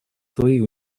свои